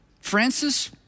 Francis